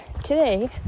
Today